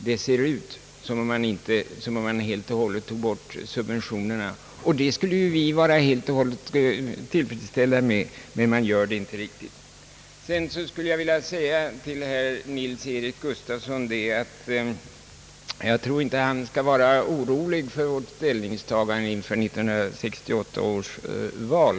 Det ser ut som om man helt och hållet avskaffade subventionerna — vilket vi skulle vara helt tillfredsställda med — men man gör det inte riktigt. Till herr Nils-Eric Gustafsson vill jag säga att han inte skall vara orolig för vårt ställningstagande inför 1968 års val.